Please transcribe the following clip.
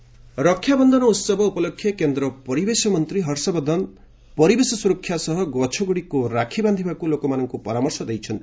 ବର୍ଦ୍ଧନ green rakhi Raksha Bandhan ଉତ୍ସବ ଉପଲକ୍ଷେ କେନ୍ଦ୍ର ପରିବେଶ ମନ୍ତ୍ରୀ ହର୍ଷବର୍ଦ୍ଧନ ପରିବେଶ ସୁରକ୍ଷା ସହ ଗଛଗୁଡ଼ିକୁ ରାକ୍ଷୀ ବାନ୍ଦିବାକୁ ଲୋକମାନଙ୍କୁ ପରାମର୍ଶ ଦେଇଛନ୍ତି